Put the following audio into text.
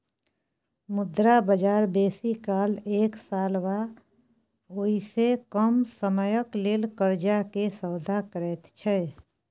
मुद्रा बजार बेसी काल एक साल वा ओइसे कम समयक लेल कर्जा के सौदा करैत छै